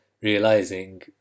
realizing